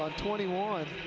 twenty one.